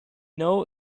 know